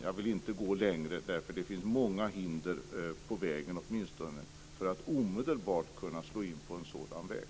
Jag vill inte gå längre här därför att det finns många hinder på vägen, åtminstone för att omedelbart kunna slå in på en sådan väg.